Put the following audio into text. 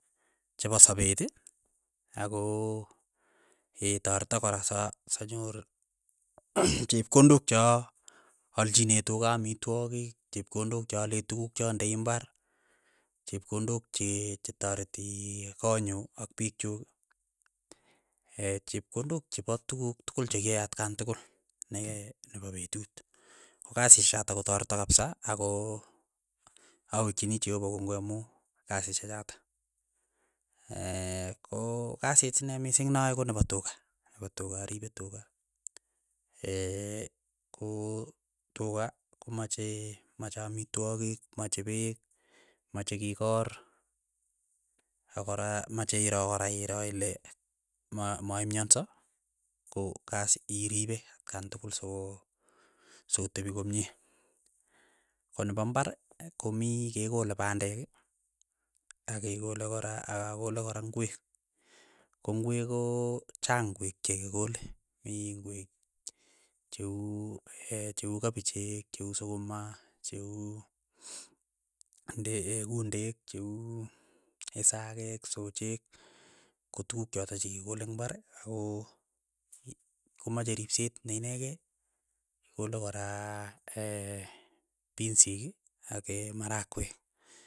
Chepo sapet ako tareto kora sa- sanyor chepkondok cha alchine tuka amitwogik chepkondok cha ale tukuk cha ndei imbar chepkondok che chetareti konyu ak pik chuk chepkondok chepo tukuk tukul chekiae atkan tukul ne nepo petut, ko kasishe chotok kotareto kapisa ako awekchini cheopa kongoi amu kasishe chotok, ko kasit sine mising naae konepo tuka, pa tuka aripe tuka, ko tuka komache mache amitwogik mache peek mache kikoor, akora mache iroo kora iro ile ma maimyanso ko kas iripe atkan tukul soko sokotepi komie, konepo imbar komii kekole pandek akekole kora aa akole kora ingwek, ko ingwek ko chang ngwek che kikole, mii ingwek che uu kopichek che uu sukuma che uu nde kundek, che uu isakek, sochek, kotukuk chotok chikikole eng' imbar ako komache ripset ne inekei kole kora pinsik ak marakwek.